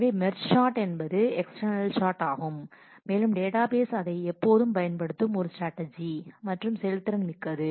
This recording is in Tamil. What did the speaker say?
எனவே மெர்ஜ் சாட் என்பது எக்ஸ்டனல் சாட் ஆகும் மேலும் டேட்டாபேஸ் அதை எப்போதும் பயன்படுத்தும் ஒரு ஸ்ட்ராட்டஜி மற்றும் செயல்திறன் மிக்கது